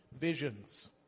visions